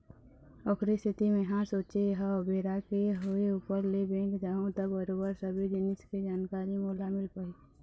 ओखरे सेती मेंहा सोचे हव बेरा के होय ऊपर ले बेंक जाहूँ त बरोबर सबे जिनिस के जानकारी मोला मिल पाही